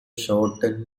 shortened